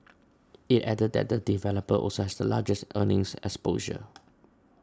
it added that the developer also has the largest earnings exposure